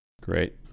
Great